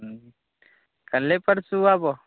हूँ कल्हे परसू आबऽ